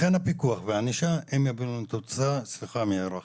לכן הפיקוח והענישה הם יביאו לנו תוצאה מהירה.